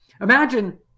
Imagine